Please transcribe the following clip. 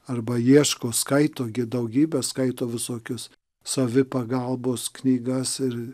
arba ieško skaito daugybę skaito visokius savipagalbos knygas ir